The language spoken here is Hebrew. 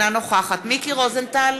אינה נוכחת מיקי רוזנטל,